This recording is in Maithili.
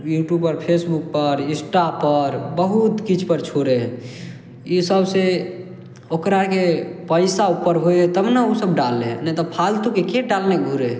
यूट्यूबपर फेसबुकपर इन्स्टापर बहुत किछुपर छोड़य हइ ई सबसँ ओकराके पैसा उपर होइ हइ तब ने उ सब डालय हइ नहि तऽ फालतूके के डालने घुरय हइ